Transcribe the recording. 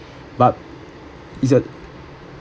but is a